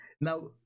Now